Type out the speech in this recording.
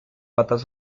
patas